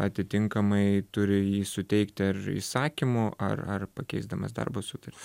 atitinkamai turi jį suteikti ar įsakymo ar ar pakeisdamas darbo sutartį